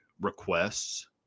requests